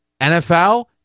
NFL